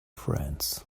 friends